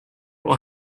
will